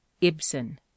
Ibsen